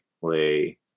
play